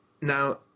Now